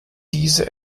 diese